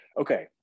okay